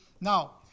Now